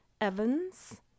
Evans